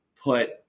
put